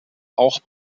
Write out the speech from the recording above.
auch